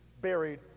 buried